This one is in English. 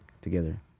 together